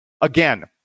Again